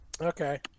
Okay